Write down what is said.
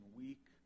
weak